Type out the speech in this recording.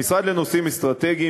המשרד לנושאים אסטרטגיים,